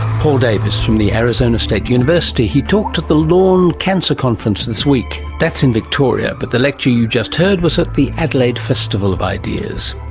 paul davis from the arizona state university. he talked at the lorne cancer conference this week, that's in victoria, but the lecture you just heard was at the adelaide festival of ideas.